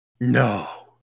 No